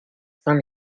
saint